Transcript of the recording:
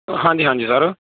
ਹਾਂਜੀ ਹਾਂਜੀ ਸਰ